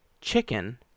chicken